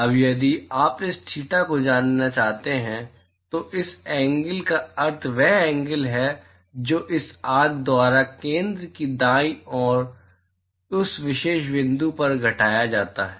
अब यदि आप इस थीटा को जानना चाहते हैं तो इस एंगल का अर्थ वह एंगल है जो इस आर्क द्वारा केंद्र के दाईं ओर उस विशेष बिंदु पर घटाया जाता है